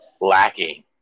lacking